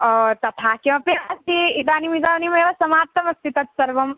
तथा किमपि नास्ति इदानीम् इदानीमेव समाप्तमस्ति तत् सर्वम्